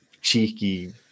cheeky